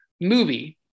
movie